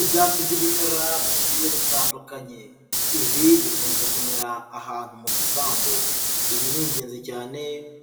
Ibyatsi by'ibimera bigiye bitandukanye, ibi bikunze kumera ahantu mu gisambu, ibi ni ingenzi cyane